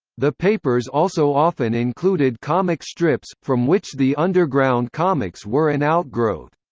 the papers also often included comic strips, from which the underground comix were an outgrowth.